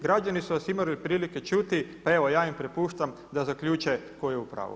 Građani su vas imali od prilike čuti, pa evo ja im prepuštam da zaključe tko je u pravu.